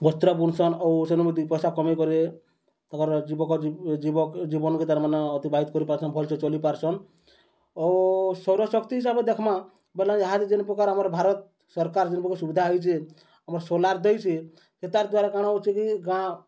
ବସ୍ତ୍ର ବୁନ୍ସନ୍ ଆଉ ସେନୁବି ଦୁଇ ପଏସା କମେଇକରି ତାଙ୍କର ଯୁବକ ଜୀବନ୍କେ ତାର୍ମାନେ ଅତିବାହିତ କରିପାର୍ସନ୍ ଭଲ୍ସେ ଚଲି ପାର୍ସନ୍ ଆଉ ସୌରଶକ୍ତି ହିସାବେ ଦେଖ୍ମା ବେଲେ ଇହାଦେ ଯେନ୍ ପ୍ରକାର୍ ଆମର୍ ଭାରତ୍ ସର୍କାର୍ ଯେନ୍ ପ୍ରକାର୍ ସୁବିଧା ହେଇଚେ ଆମର୍ ସୋଲାର୍ ଦେଇଚେ ସେ ତାର୍ ଦ୍ଵାରା କାଣା ହଉଚେ କି ଗାଁ